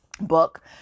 book